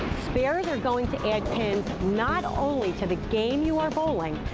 spares are going to add pins not only to the game you are bowling,